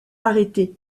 arrêté